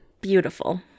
beautiful